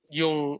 yung